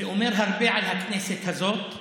זה אומר הרבה על הכנסת הזאת,